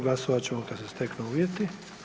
Glasovat ćemo kada se steknu uvjeti.